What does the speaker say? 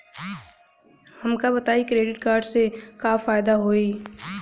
हमका बताई credit card से का फायदा होई?